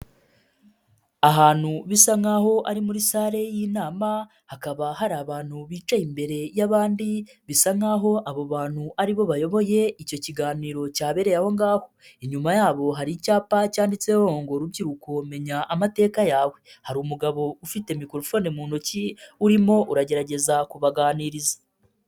Ahantu bisa nkaho ari muri salle y'inama. Hakaba hari abantu bicaye imbere y'abandi bisa nkaho abo bantu ari bo bayoboye icyo kiganiro cyabereye aho ngaho. Inyuma yabo hari icyapa cyanditseho ngo rubyiruko menye amateka yawe. Hari umugabo ufite microphone mu ntoki urimo uragerageza kubaganiriza.